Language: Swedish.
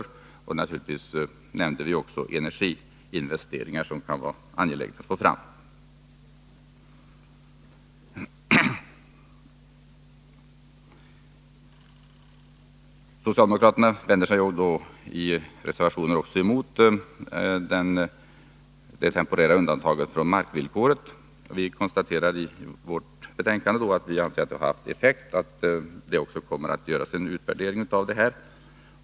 Vi nämnde naturligtvis också att det kan vara angeläget att få fram energiinvesteringar. Socialdemokraterna reserverar sig mot det temporära undantaget från markvillkoret. Vi konstaterar i betänkandet att detta haft effekter och att dessa effekter kommer att utvärderas.